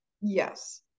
Yes